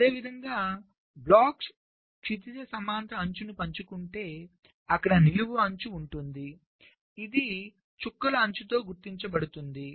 అదేవిధంగా బ్లాక్స్ క్షితిజ సమాంతర అంచుని పంచుకుంటే అక్కడ నిలువు అంచు ఉంటుంది ఇది చుక్కల అంచుతో గుర్తించబడుతుంది